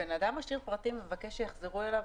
כשבן אדם משאיר פרטים ומבקש שיחזרו אליו?